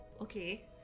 Okay